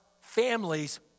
families